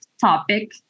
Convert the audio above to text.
topic